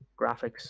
graphics